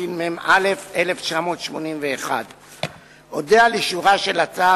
התשמ"א 1981. אודה על אישורה של הצעה